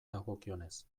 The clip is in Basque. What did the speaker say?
dagokionez